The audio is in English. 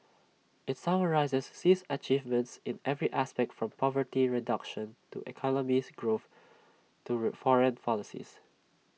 IT summarises Xi's achievements in every aspect from poverty reduction to economic growth to re foreign policy